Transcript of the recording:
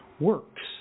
works